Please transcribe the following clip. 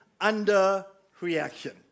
underreaction